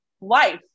life